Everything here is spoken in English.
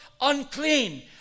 unclean